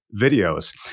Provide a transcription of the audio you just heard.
videos